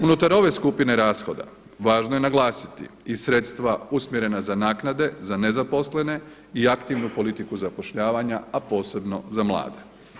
Unutar ove skupine rashoda važno je naglasiti i sredstva usmjerena za naknade za nezaposlene i aktivnu politiku zapošljavanja, a posebno za mlade.